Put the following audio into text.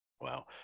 Wow